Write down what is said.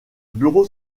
bureau